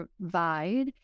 provide